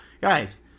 Guys